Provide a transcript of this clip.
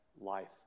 life